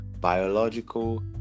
biological